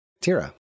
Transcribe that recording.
Tira